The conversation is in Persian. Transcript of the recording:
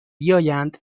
بیایند